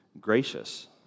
gracious